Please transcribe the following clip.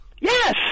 Yes